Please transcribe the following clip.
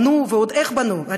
בנו, ועוד איך בנו.